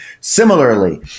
Similarly